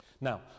Now